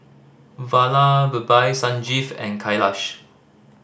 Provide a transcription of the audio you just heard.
Vallabhbhai Sanjeev and Kailash